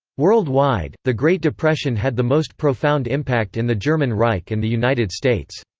worldwide, the great depression had the most profound impact in the german reich and the united states.